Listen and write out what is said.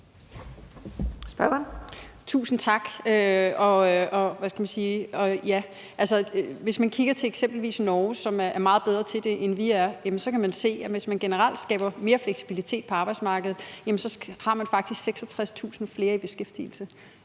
Tusind tak. Hvis man kigger til eksempelvis Norge, som er meget bedre til det, end vi er, så kan man se, at hvis man generelt skaber mere fleksibilitet på arbejdsmarkedet, har man faktisk 66.000 flere i beskæftigelse,